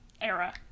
era